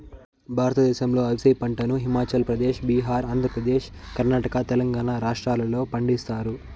భారతదేశంలో అవిసె పంటను హిమాచల్ ప్రదేశ్, బీహార్, ఆంధ్రప్రదేశ్, కర్ణాటక, తెలంగాణ రాష్ట్రాలలో పండిస్తారు